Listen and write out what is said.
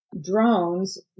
drones